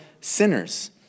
sinners